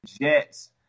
Jets